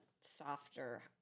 softer